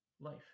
life